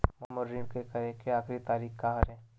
मोर ऋण के करे के आखिरी तारीक का हरे?